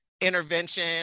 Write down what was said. intervention